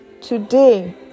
Today